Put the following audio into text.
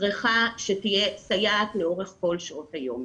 צריכה שתהיה סייעת לאורך כל שעות היום.